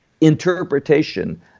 interpretation